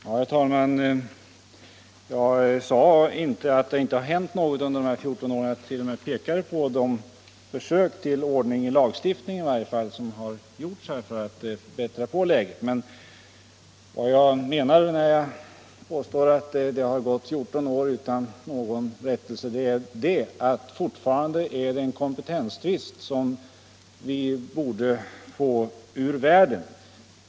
Herr talman! Jag sade inte att det inte hänt något under dessa 14 år. Jag pekade t.o.m. på de försök till ordning i lagstiftningen som gjorts för att bättra på läget. Men vad jag menar när jag påstår att det gått 14 år utan någon rättelse är att det fortfarande pågår en kompetenstvist som man borde få ur världen.